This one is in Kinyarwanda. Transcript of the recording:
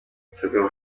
ibisabwa